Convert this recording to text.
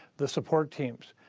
the support teams.